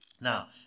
Now